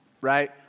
right